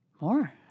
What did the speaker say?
More